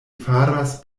faras